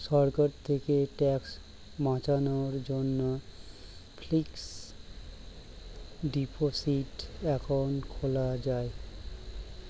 সরকার থেকে ট্যাক্স বাঁচানোর জন্যে ফিক্সড ডিপোসিট অ্যাকাউন্ট খোলা যায়